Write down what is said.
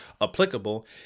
applicable